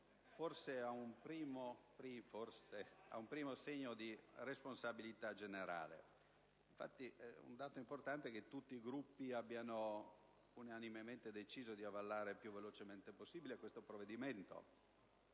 assiste ad un primo segno di responsabilità generale. Un dato importante è che tutti i Gruppi parlamentari hanno unanimemente deciso di varare il più velocemente possibile questo provvedimento,